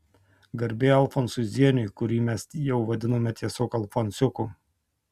garbė alfonsui zieniui kurį mes jau vadinome tiesiog alfonsiuku